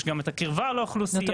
יש גם את הקרבה לאוכלוסייה; פיזור